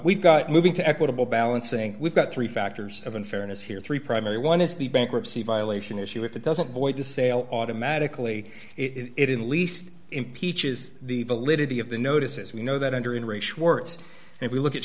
we've got moving to equitable balancing we've got three factors of unfairness here three primary one is the bankruptcy violation issue if it doesn't void the sale automatically it in the least impeach is the validity of the notice as we know that under in re schwartz if you look at